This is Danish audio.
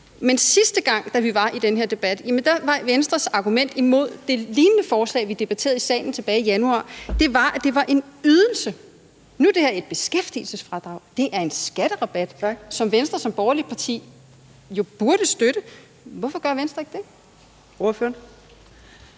Men sidste gang vi var i den her debat, var Venstres argument imod et lignende forslag, vi debatterede i salen tilbage i januar, at det var en ydelse. Nu er det her et beskæftigelsesfradrag, det er en skatterabat, som Venstre som borgerligt parti jo burde støtte. Hvorfor gør Venstre ikke det?